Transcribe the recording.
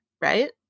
right